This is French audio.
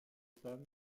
femmes